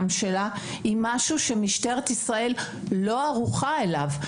שלה היא משהו שמשטרת ישראל לא ערוכה אליו,